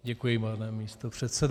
Děkuji, pane místopředsedo.